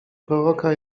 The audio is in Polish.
proroka